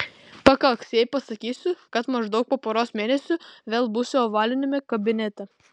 pakaks jei pasakysiu kad maždaug po poros mėnesių vėl būsiu ovaliniame kabinete